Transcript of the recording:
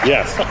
Yes